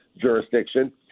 jurisdiction